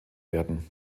werden